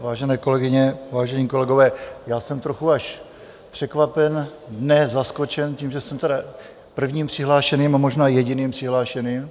Vážené kolegyně, vážení kolegové, já jsem trochu až překvapen, ne zaskočen, tím, že jsem prvním přihlášeným, a možná jediným přihlášeným.